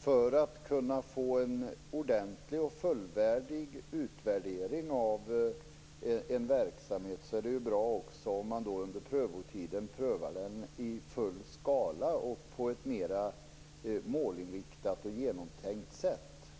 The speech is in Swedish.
för att kunna få en ordentlig och fullvärdig utvärdering av en verksamhet, är det ju bra om man också under prövotiden prövar den i full skala och på ett mer målinriktat och genomtänkt sätt.